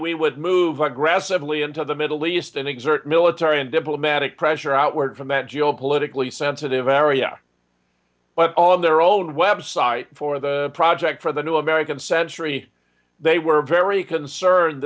we would move aggressively into the middle east and exert military and diplomatic pressure outward from that geo politically sensitive area but all in their own website for the project for the new american century they were very concerned